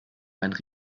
einen